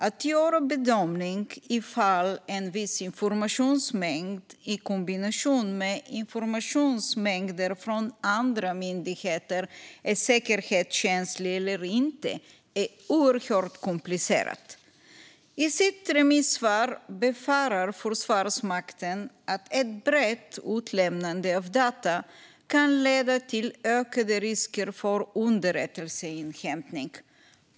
Att göra bedömningen om en viss informationsmängd i kombination med informationsmängder från andra myndigheter är säkerhetskänslig eller inte är oerhört komplicerat. I sitt remissvar befarar Försvarsmakten att ett brett utlämnande av data kan leda till ökade risker för underrättelseinhämtning.